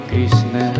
Krishna